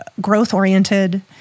growth-oriented